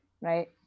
right